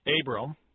Abram